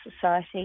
society